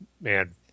Man